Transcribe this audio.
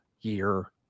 year